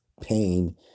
pain